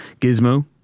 Gizmo